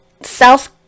South